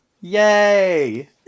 Yay